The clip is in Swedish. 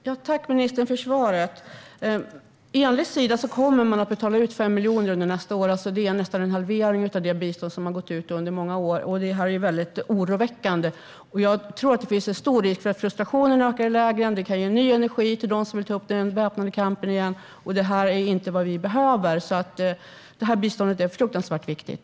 Fru talman! Tack för svaret, ministern! Enligt Sida kommer man att betala ut 5 miljoner under nästa år. Det är nästan en halvering av det bistånd som har gått ut under många år. Det är väldigt oroväckande. Det finns en stor risk för att frustrationen ökar i lägren. Det kan ge ny energi till dem som vill ta upp den väpnade kampen igen. Det är inte vad vi behöver. Detta bistånd är fruktansvärt viktigt.